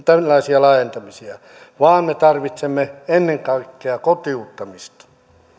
tällaisia laajentamisia vaan me tarvitsemme ennen kaikkea kotiuttamista